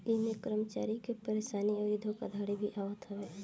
इमें कर्मचारी के परेशानी अउरी धोखाधड़ी भी आवत हवे